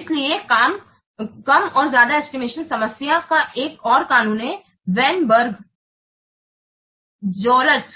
इसलिए कम और ज्यादा एस्टिमेशन समस्या का एक और कानून है वेनबर्ग की ज़ेरोथ